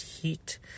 heat